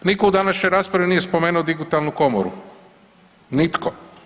Nitko u današnjoj raspravi nije spomenuo digitalnu komoru, nitko.